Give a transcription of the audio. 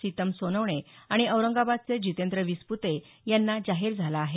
सीतम सोनवणे आणि औरंगाबादचे जीतेंद्र विसपुते यांना जाहीर झाला आहे